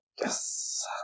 Yes